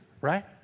right